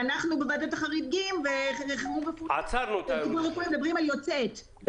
ואנחנו בוועדת החריגים מדברים על יוצאת.